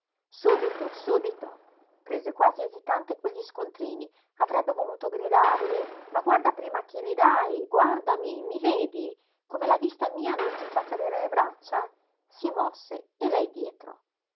subito subito prese quasi esitante quegli scontrini avrebbe voluto gridarle ma guarda prima a chi li dài guardami mi vedi come la vista mia non ti fa cadere le braccia si mosse e lei dietro